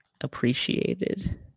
appreciated